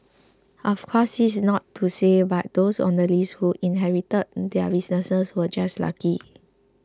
of course this is not to say that those on the list who inherited their businesses were just lucky